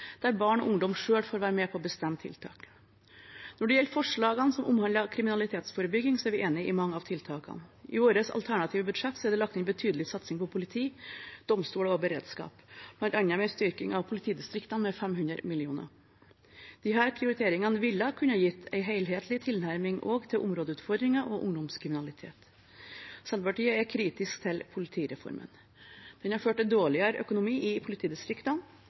der barn og ungdom selv får være med på å bestemme tiltak. Når det gjelder forslagene som omhandler kriminalitetsforebygging, er vi enig i mange av tiltakene. I vårt alternative budsjett er det lagt inn en betydelig satsing på politi, domstoler og beredskap, bl.a. med en styrking av politidistriktene med 500 mill. kr. Disse prioriteringene ville kunnet gi en helhetlig tilnærming også til områdeutfordringer og ungdomskriminalitet. Senterpartiet er kritisk til politireformen. Den har ført til dårligere økonomi i politidistriktene.